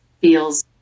feels